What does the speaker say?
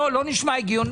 לא נשמע הגיוני?